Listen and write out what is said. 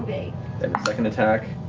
a second attack,